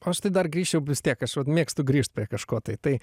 o aš tai dar grįčiau vis tiek aš mėgstu grįžt prie kažko tai tai